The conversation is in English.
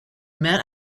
met